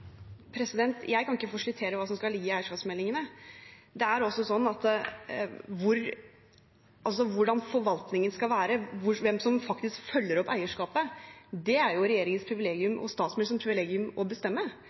Jeg kan ikke forskuttere hva som skal ligge i eierskapsmeldingene. Det er altså sånn at hvordan forvaltningen skal være, hvem som faktisk følger opp eierskapet, er det regjeringens og statsministerens privilegium å bestemme.